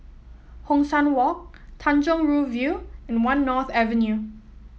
Hong San Walk Tanjong Rhu View and One North Avenue